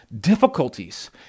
difficulties